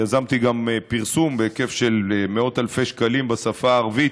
יזמתי גם פרסום בהיקף של מאות אלפי שקלים בשפה הערבית,